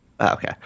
Okay